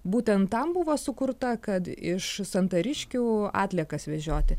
būtent tam buvo sukurta kad iš santariškių atliekas vežioti